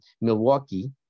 Milwaukee